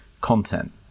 content